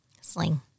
Sling